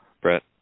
Brett